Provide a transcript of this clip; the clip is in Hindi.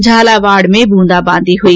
झालावाड़ में बूंदाबांदी हुई